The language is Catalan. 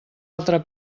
altra